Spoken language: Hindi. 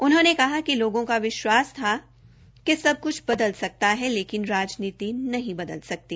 उन्होंने कहा कि लोगों को विश्वास था कि सब क्छ बदल सकता था लेकिन राजनीति नहीं बदल सकती